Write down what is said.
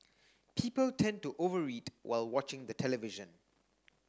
people tend to over eat while watching the television